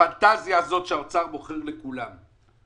הפנטזיה שהאוצר בוחר לכולנו,